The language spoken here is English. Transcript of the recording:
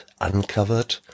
uncovered